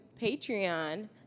Patreon